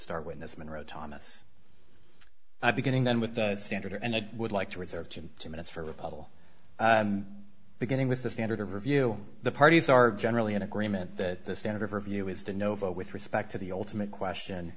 star witness monroe thomas beginning then with the standard and i would like to reserve june two minutes for a puzzle beginning with the standard of review the parties are generally in agreement that the standard of review is the no vote with respect to the ultimate question